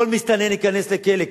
כל מסתנן ייכנס לכלא,